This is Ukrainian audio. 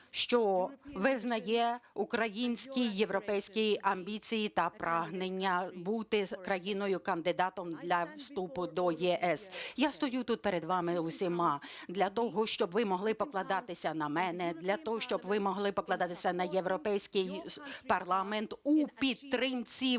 що… визнає українські європейські амбіції та прагнення бути країною-кандидатом для вступу до ЄС. Я стою тут перед вами усіма для того, щоб ви могли покладатися на мене, для того, щоб ви могли покладатися на Європейський парламент у підтримці плану